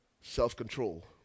self-control